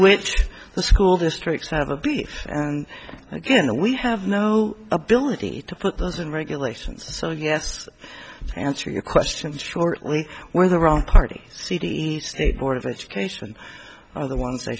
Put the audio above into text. which the school districts have a beef and again we have no ability to put those in regulations so yes answer your question shortly where the wrong party city state board of education are the ones